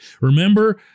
Remember